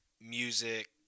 music